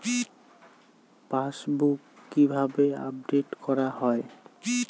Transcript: Passbook কিভাবে update করা হয়?